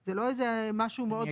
זה לא איזה משהו מאוד רחב.